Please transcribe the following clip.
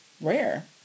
rare